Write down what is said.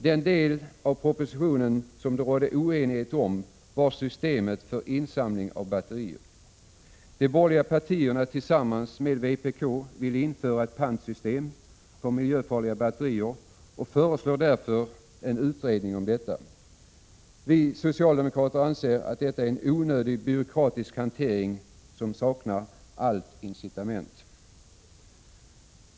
Den del av propositionen som det rådde oenighet om var systemet för insamling av batterier. De borgerliga partierna tillsammans med vpk vill införa ett pantsystem på miljöfarliga batterier och föreslår därför en utredning om detta. Vi socialdemokrater anser att detta är en onödig byråkratisk hantering, som saknar all grund.